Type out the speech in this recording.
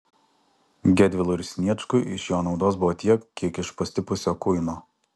gedvilui ir sniečkui iš jo naudos buvo tiek kiek iš pastipusio kuino